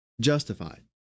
justified